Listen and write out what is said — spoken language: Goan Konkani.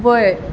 वयर